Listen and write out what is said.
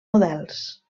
models